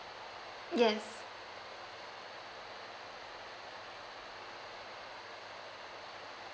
yes